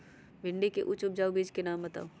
भिंडी के उच्च उपजाऊ बीज के नाम बताऊ?